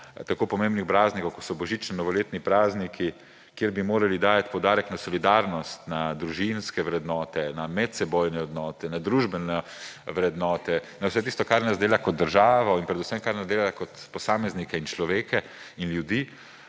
tako pomembnem prazniku, kot so božično-novoletni prazniki, kjer bi morali dajati poudarek na solidarnost, na družinske vrednote, na medsebojne vrednote, na družbene vrednote, na vse tisto, kar nas dela kot državo in predvsem kar nas dela kot posameznike in ljudi,